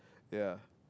ya